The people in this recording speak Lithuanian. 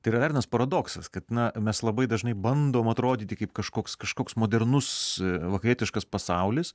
tai yra dar vienas paradoksas kad na mes labai dažnai bandom atrodyti kaip kažkoks kažkoks modernus vakarietiškas pasaulis